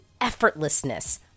effortlessness